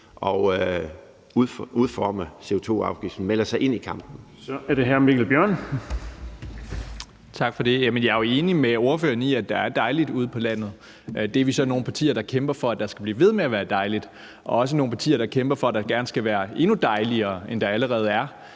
Bonnesen): Så er det hr. Mikkel Bjørn. Kl. 18:03 Mikkel Bjørn (DF): Tak for det. Jeg er jo enig med ordføreren i, at der er dejligt ude på landet, og vi er så nogle partier, der kæmper for, at der skal blive ved med at være dejligt, og også for, at der gerne skal være endnu dejligere, end der allerede er.